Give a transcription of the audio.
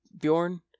Bjorn